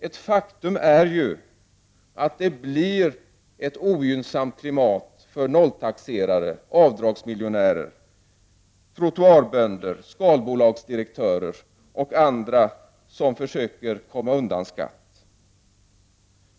Ett faktum är ju att det blir ett ogynnsamt klimat för nolltaxerare, avdragsmiljonärer, trottoarbönder, skalbolagsdirektörer och andra som försöker komma undan skatt.